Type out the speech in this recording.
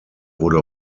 wurde